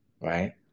right